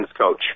Coach